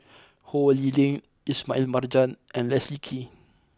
Ho Lee Ling Ismail Marjan and Leslie Kee